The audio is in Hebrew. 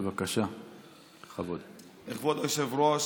כבוד היושב-ראש,